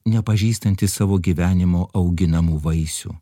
nepažįstanti savo gyvenimo auginamų vaisių